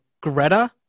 Greta